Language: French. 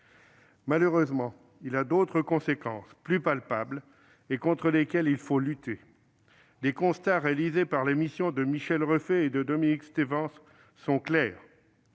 Malheureusement, il a d'autres conséquences plus palpables et contre lesquelles il faut lutter. Les constats réalisés par la mission de Michel Reffay et de Dominique Stevens sont clairs